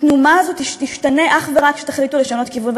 התנומה הזאת תשתנה אך ורק כשתחליטו לשנות כיוון.